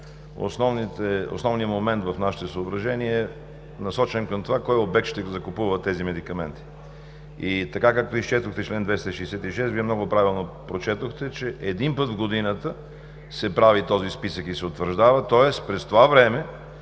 основният момент в нашите съображения е насочен към това кой обект ще закупува тези медикаменти. Така, както изчетохте чл. 266а, много правилно прочетохте, че един път в годината се прави този списък и се утвърждава, тоест през тази